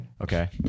Okay